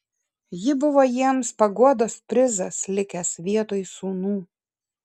ji buvo jiems paguodos prizas likęs vietoj sūnų